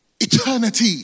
Eternity